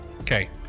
Okay